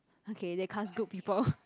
okay they cast good people